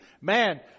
Man